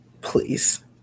Please